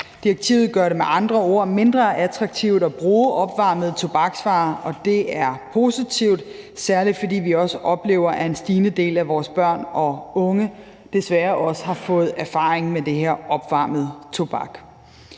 Direktivet gør det med andre ord mindre attraktivt at bruge opvarmede tobaksvarer, og det er positivt, særlig fordi vi også oplever, at en stigende del af vores børn og unge desværre også har fået erfaring med den her opvarmede tobak.